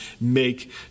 make